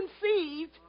conceived